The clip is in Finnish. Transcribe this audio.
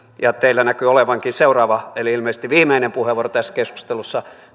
ja teillä näkyy olevankin seuraava eli ilmeisesti viimeinen puheenvuoro tässä keskustelussa